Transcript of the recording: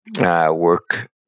work